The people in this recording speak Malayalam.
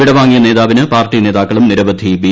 വിടവാങ്ങിയ നേതാവിന് പാർട്ടി നേതാക്കളും നിരവധി ബി